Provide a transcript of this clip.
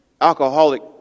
alcoholic